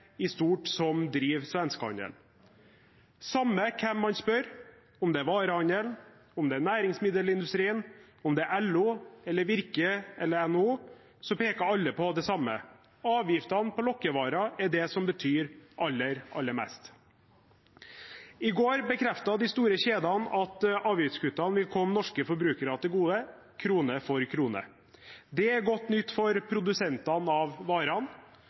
i stort som driver svenskehandelen. Samme hvem man spør, om det er varehandelen, om det er næringsmiddelindustrien, om det er LO, Virke eller NHO, peker alle på det samme: Avgiftene på lokkevarer er det som betyr aller mest. I går bekreftet de store kjedene at avgiftskuttene vil komme norske forbrukere til gode, krone for krone. Det er godt nytt for produsentene av varene.